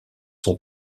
son